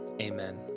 Amen